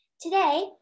Today